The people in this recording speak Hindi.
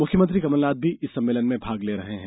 मुख्यमंत्री कमलनाथ भी इस सम्मेलन में भाग ले रहे है